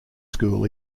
school